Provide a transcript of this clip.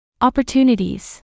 Opportunities